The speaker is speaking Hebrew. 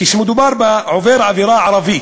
כשמדובר בעובר עבירה ערבי,